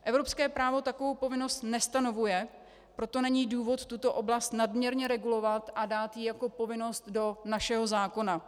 Evropské právo takovou povinnost nestanovuje, proto není důvod tuto oblast nadměrně regulovat a dát ji jako povinnost do našeho zákona.